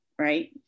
right